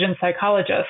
psychologist